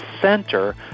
center